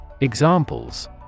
Examples